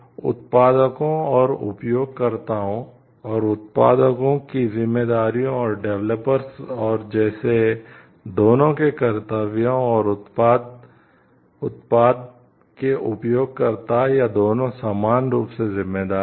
तो उत्पादकों और उपयोगकर्ताओं और उत्पादकों की जिम्मेदारियों और डेवलपर्स और जैसे दोनों के कर्तव्यों और उत्पाद के उपयोगकर्ता या दोनों समान रूप से जिम्मेदार हैं